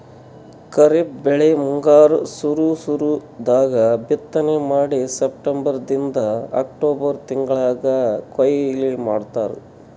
ಖರೀಫ್ ಬೆಳಿ ಮುಂಗಾರ್ ಸುರು ಸುರು ದಾಗ್ ಬಿತ್ತನೆ ಮಾಡಿ ಸೆಪ್ಟೆಂಬರಿಂದ್ ಅಕ್ಟೋಬರ್ ತಿಂಗಳ್ದಾಗ್ ಕೊಯ್ಲಿ ಮಾಡ್ತಾರ್